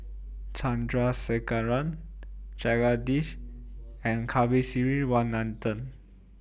Chandrasekaran Jagadish and Kasiviswanathan